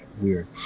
Weird